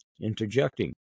interjecting